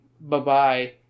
Bye-bye